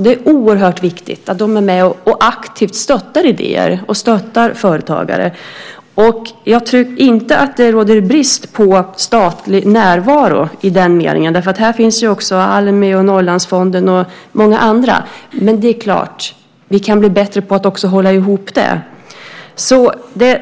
Det är oerhört viktigt att de är med och aktivt stöttar idéer och företagare. Det råder inte brist på statlig närvaro i den meningen. Här finns också Almi, Norrlandsfonden och många andra. Men det är klart att vi kan bli bättre på att också hålla ihop det.